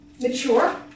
mature